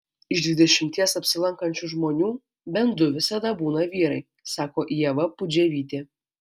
iš dvidešimties apsilankančių žmonių bent du visada būna vyrai sako ieva pudževytė